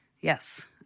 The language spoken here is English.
Yes